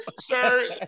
Sir